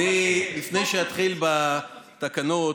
לפני שאתחיל בתקנות,